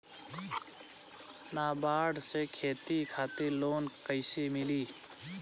नाबार्ड से खेती खातिर लोन कइसे मिली?